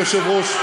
אדוני היושב-ראש?